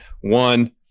one